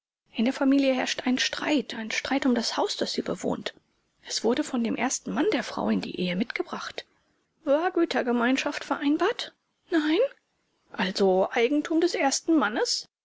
in der familie herrscht ein streit ein streit um das haus das sie bewohnt es wurde von dem ersten mann der frau in die ehe mitgebracht war gütergemeinschaft vereinbart nein also eigentum des ersten mannes